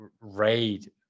raid